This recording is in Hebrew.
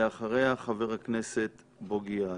ואחריה חבר הכנסת בוגי יעלון.